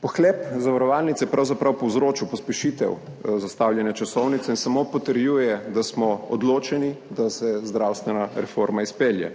Pohlep zavarovalnic je pravzaprav povzročil pospešitev zastavljene časovnice in samo potrjuje, da smo odločeni, da se zdravstvena reforma izpelje.